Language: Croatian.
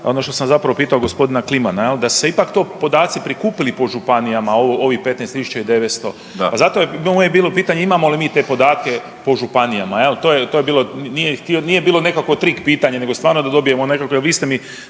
ono što sam pitao gospodina Klimana jel da su ipak podaci prikupili po županijama ovih 15.900 i zato moje bi pitanje imamo li mi te podatke po županijama, jel, to je bilo, nije bilo trik pitanje nego stvarno da dobijemo nekakvo,